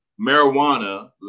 marijuana